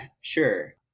sure